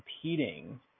competing